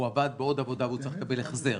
עבד בעוד עבודה והוא צריך לקבל החזר